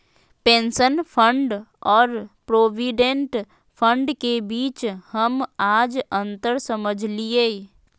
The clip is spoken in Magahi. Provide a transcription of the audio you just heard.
पेंशन फण्ड और प्रोविडेंट फण्ड के बीच हम आज अंतर समझलियै